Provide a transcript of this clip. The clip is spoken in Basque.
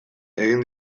egin